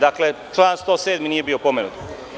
Dakle, član 107. nije bio pomenut.